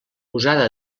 usada